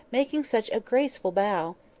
making such a graceful bow!